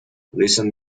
listen